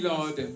Lord